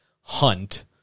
hunt